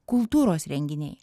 kultūros renginiai